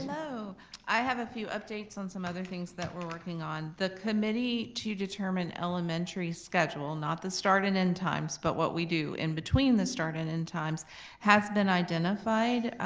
so i have a few updates on some other things that we're working on, the committee to determine elementary schedules, not the start and end times but what we do in between the start and end times has been identified.